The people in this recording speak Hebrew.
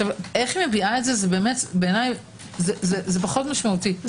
איך מביעה את זה, זה פחות משמעותית.